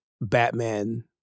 Batman